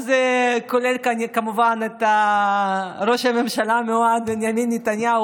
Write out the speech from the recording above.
כולל כנראה ראש הממשלה המיועד בנימין נתניהו,